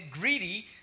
greedy